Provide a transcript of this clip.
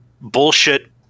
Bullshit